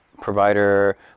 provider